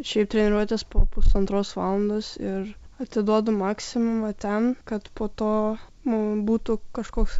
šiaip treniruotės po pusantros valandos ir atiduodu maksimumą ten kad po to mum būtų kažkoks